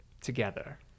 together